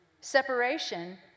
separation